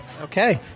Okay